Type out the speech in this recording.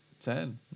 Ten